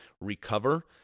recover